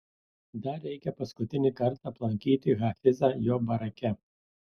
dar reikia paskutinį kartą aplankyti hafizą jo barake